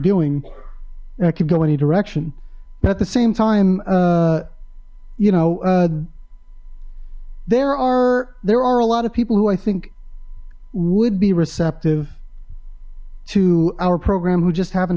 doing that could go any direction and at the same time you know there are there are a lot of people who i think would be receptive to our program who just haven't